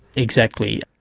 exactly.